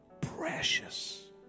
Precious